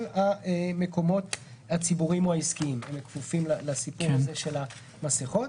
המקומות הציבוריים או העסקיים שכפופים לעניין המסכות.